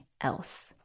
else